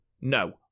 No